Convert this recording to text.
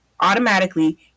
Automatically